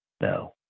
No